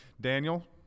Daniel